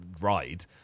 ride